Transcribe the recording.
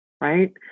right